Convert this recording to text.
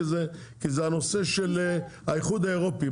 כי זה הנושא של האיחוד האירופי,